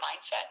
mindset